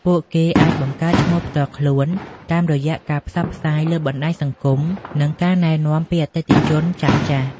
ពួកគេអាចបង្កើតឈ្មោះផ្ទាល់ខ្លួន តាមរយៈការផ្សព្វផ្សាយលើបណ្តាញសង្គម និងការណែនាំពីអតិថិជនចាស់ៗ។